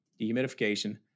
dehumidification